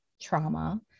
trauma